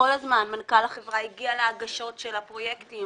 כל הזמן מנכ"ל החברה הגיע להגשות של הפרויקטים